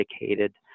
indicated